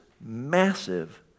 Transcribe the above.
massive